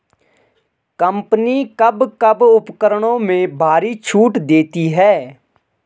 Company कब कब उपकरणों में भारी छूट देती हैं?